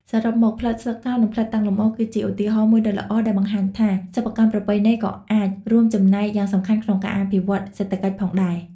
សរុបមក ផ្លិតស្លឹកត្នោត និងផ្លិតតាំងលម្អ គឺជាឧទាហរណ៍មួយដ៏ល្អដែលបង្ហាញថា សិប្បកម្មប្រពៃណីក៏អាចរួមចំណែកយ៉ាងសំខាន់ក្នុងការអភិវឌ្ឍសេដ្ឋកិច្ចផងដែរ។